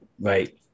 right